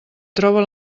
troba